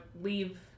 leave